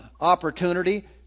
opportunity